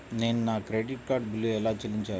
నేను నా credit card బిల్లును ఎలా చెల్లించాలీ?